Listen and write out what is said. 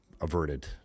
averted